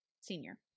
senior